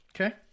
okay